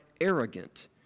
arrogant